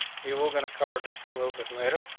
we will gonna cover this a little bit later,